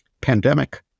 pandemic